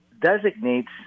designates